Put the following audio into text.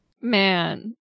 Man